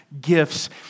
gifts